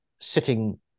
sitting